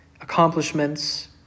accomplishments